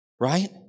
Right